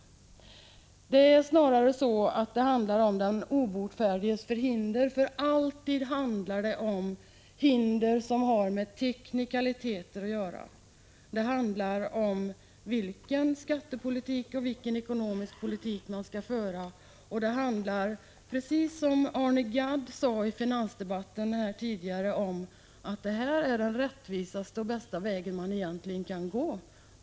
Det är snarare den obotfärdiges förhinder. Det handlar alltid om hinder som har med teknikaliteter att göra. Det handlar om vilken skattepolitik och vilken ekonomisk politik man skall föra. Som Arne Gadd sade i finansdebatten tidigare är detta den mest rättvisa och den bästa väg man egentligen kan gå.